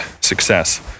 success